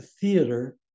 theater